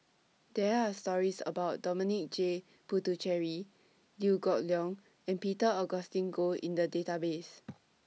There Are stories about Dominic J Puthucheary Liew Geok Leong and Peter Augustine Goh in The Database